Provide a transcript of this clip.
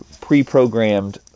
pre-programmed